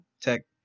Tech